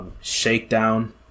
Shakedown